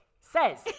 says